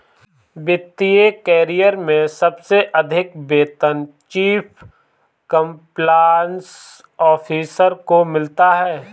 वित्त करियर में सबसे अधिक वेतन चीफ कंप्लायंस ऑफिसर को मिलता है